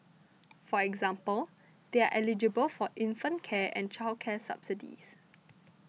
for example they are eligible for infant care and childcare subsidies